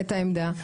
עמדה.